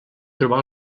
trobar